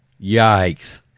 Yikes